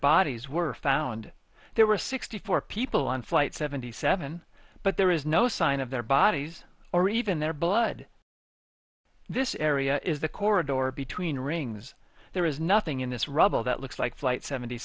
bodies were found there were sixty four people on flight seventy seven but there is no sign of their bodies or even their blood this area is the corridor between rings there is nothing in this rubble that looks like flight seventy